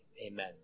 amen